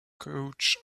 coach